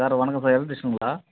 sir வணக்கம் sir எலெக்ட்ரீஷியனுங்களா